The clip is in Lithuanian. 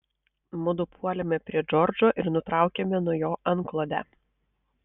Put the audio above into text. mudu puolėme prie džordžo ir nutraukėme nuo jo antklodę